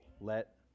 let